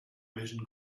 vision